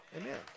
Amen